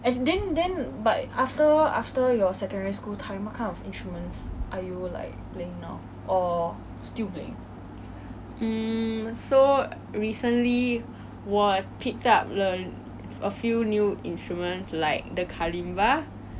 and also err previously I did start on ukulele ya also I reconnected with one instrument that I failed to play very well last time 那个就是 err 钢琴